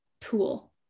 tool